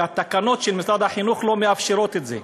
והתקנות של משרד החינוך לא מאפשרות את זה.